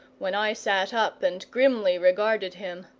when i sat up and grimly regarded him.